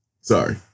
Sorry